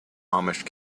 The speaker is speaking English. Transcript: amish